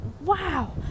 Wow